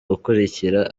gukurikira